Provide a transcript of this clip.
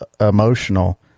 emotional